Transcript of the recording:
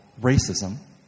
racism